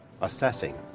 Assessing